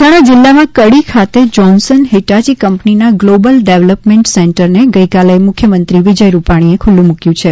મહેસાણા જીલ્લામાં કડી ખાતે Johnson Hitachi કંપનીના ગ્લોબલ ડેવલપમેન્ટ સેન્ટરને ગઇકાલે મુખ્યમંત્રી વિજય રૂપાણીએ ખુલ્લું મુક્વું છે